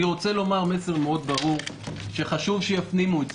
אני רוצה לומר מסר ברור מאוד שחשוב שיפנימו אותו,